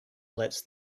lets